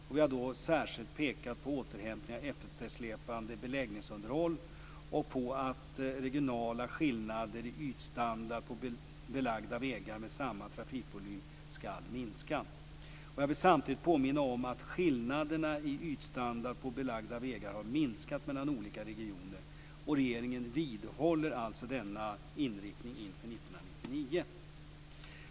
Vi har då särskilt pekat på återhämtning av eftersläpande beläggningsunderhåll och på att regionala skillnader i ytstandard på belagda vägar med samma trafikvolym skall minska. Jag vill samtidigt påminna om att skillnaderna i ytstandard på belagda vägar har minskat mellan olika regioner, och regeringen vidhåller alltså denna inriktning inför 1999.